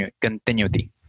continuity